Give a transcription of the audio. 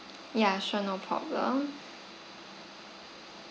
ya sure no problem